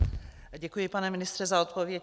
Děkuji, pane ministře, za odpověď.